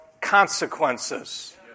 consequences